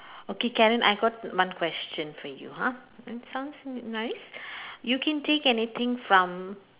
okay Karen I got one question for you !huh! that sounds nice you can take anything from